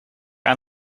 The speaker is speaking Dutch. aan